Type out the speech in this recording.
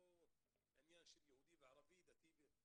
זה לא עניין של יהודי וערבי, דתי וחילוני.